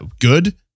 good